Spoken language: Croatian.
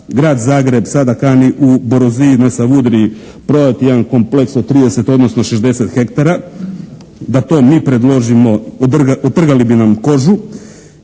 Grad Zagreb sada kani u Boroziji na Savudriji prodati jedan kompleks od 30 odnosno 60 hektara. Da to mi predložimo otrgali bi nam kožu.